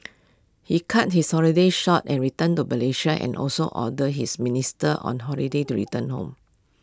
he cut his holiday short and returned to Malaysia and also ordered his ministers on holiday to return home